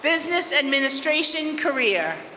business administration career.